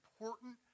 important